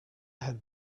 had